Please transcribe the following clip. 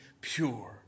pure